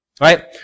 right